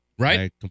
Right